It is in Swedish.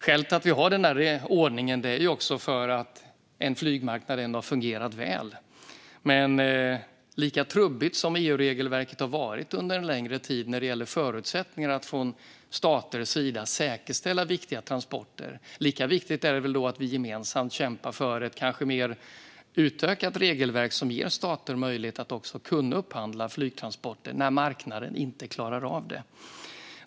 Skälet till att vi har denna ordning är att flygmarknaden ändå har fungerat väl. Men lika trubbigt som EU-regelverket har varit under en längre tid när det gäller förutsättningar att från staters sida säkerställa viktiga transporter, lika viktigt är det att vi gemensamt kämpar för ett kanske mer utökat regelverk som ger stater möjlighet att upphandla flygtransporter när marknaden inte klarar av det.